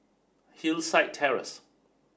Hillside Terrace